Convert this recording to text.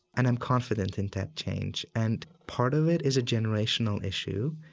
and i'm confident in that change. and part of it is a generational issue.